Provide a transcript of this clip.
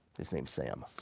his name's sam.